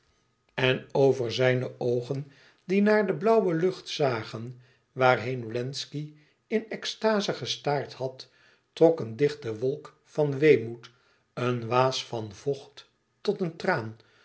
en over zijne oogen die naar de blauwe lucht zagen waarheen wlenzci in extaze gestaard had trok een dichte wolk van weemoed een waas van vocht tot een traan